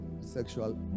sexual